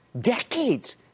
decades